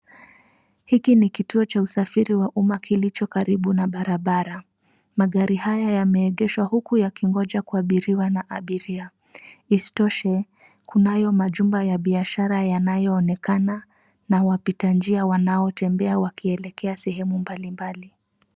Hiki ni kituo cha usafiri wa umma kilicho karibu na barabara. Magari haya yameegeshwa huku yakigonja kuabiriwa na abiria. Isitoshe, kunayo majumba ya biashara yanayoonekana na wapita njia wanaotembea wakielekea sehemu mbalimbali.